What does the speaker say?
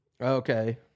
Okay